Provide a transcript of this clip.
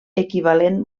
equivalent